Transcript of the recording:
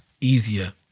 easier